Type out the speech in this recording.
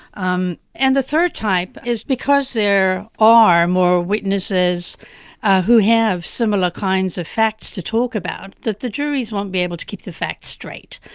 um and the third type is because there are more witnesses who have similar kinds of facts to talk about, that the juries won't be able to keep the facts straight,